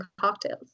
cocktails